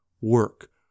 work